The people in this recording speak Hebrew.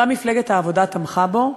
גם מפלגת העבודה תמכה בו,